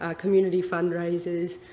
ah community fundraisers,